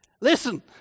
Listen